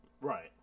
Right